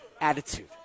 attitude